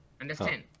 Understand